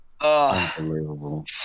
Unbelievable